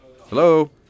Hello